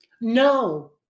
no